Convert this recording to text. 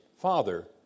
father